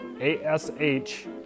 A-S-H